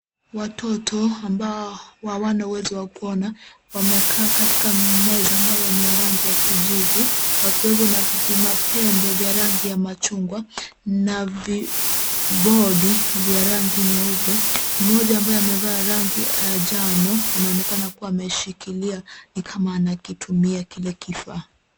Watoto ambao hawana uwezo wa kuona, wamekaa katika meza ambayo ni ya rangi ya kijivu wakiwa na vipima pembe vya rangi ya machungwa na vibodi vya rangi nyeupe. Mmoja ambaye amevaa rangi ya njano anaonekana kuwa ameshikilia ni kama anakitumia kile kifaa.